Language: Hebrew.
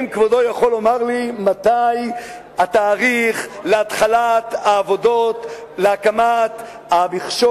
האם כבודו יכול לומר לי מה התאריך להתחלת העבודות להקמת המכשול,